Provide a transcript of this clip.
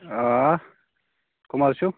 آ کٔم حظ چھَو